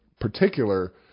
particular